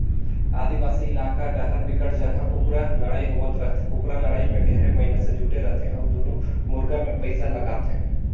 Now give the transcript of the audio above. आदिवासी इलाका डाहर बिकट जघा कुकरा लड़ई होवत रहिथे, कुकरा लड़ाई में ढेरे मइनसे जुटे रथे अउ दूनों मुरगा मे पइसा लगाथे